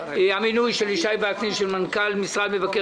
המינוי של ישי וקנין למנכ"ל משרד מבקר